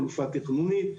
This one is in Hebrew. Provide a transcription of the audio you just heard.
חלופה תכנונית.